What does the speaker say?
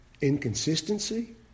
inconsistency